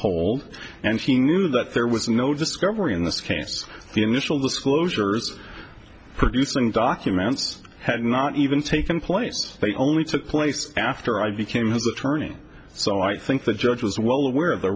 hold and she knew that there was no discovery in this case the initial disclosures producing documents had not even taken place they only took place after i became his attorney so i think the judge was well aware of the